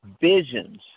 visions